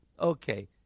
Okay